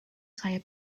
saya